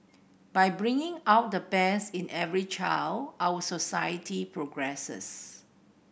by bringing out the best in every child our society progresses